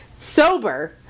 sober